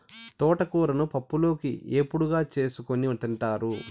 తోటకూరను పప్పులోకి, ఏపుడుగా చేసుకోని తింటారు